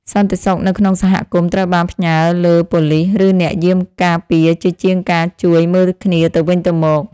សន្តិសុខនៅក្នុងសហគមន៍ត្រូវបានផ្ញើលើប៉ូលីស ឬអ្នកយាមការពារជាជាងការជួយមើលគ្នាទៅវិញទៅមក។